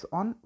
on